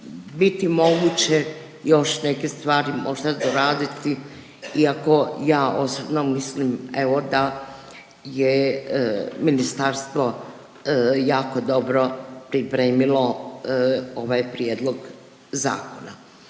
biti moguće još neke stvari možda doraditi, iako ja osobno mislim, evo da je ministarstvo jako dobro pripremilo ovaj Prijedlog zakona.